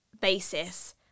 basis